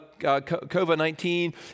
COVID-19